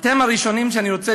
אתם הראשונים שאני רוצה,